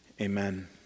amen